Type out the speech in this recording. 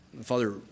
Father